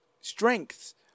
strengths